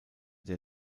der